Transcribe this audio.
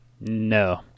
No